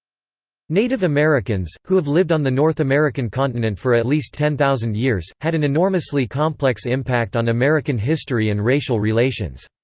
native americans, who have lived on the north american continent for at least ten thousand years, had an enormously complex impact on american history and racial relations.